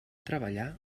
treballar